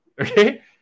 Okay